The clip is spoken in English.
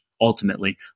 ultimately